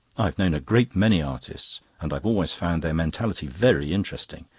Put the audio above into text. i've known a great many artists, and i've always found their mentality very interesting.